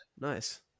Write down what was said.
Nice